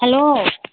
hello